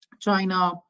China